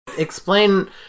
Explain